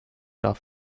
darf